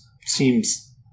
seems